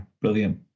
brilliant